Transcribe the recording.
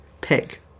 pick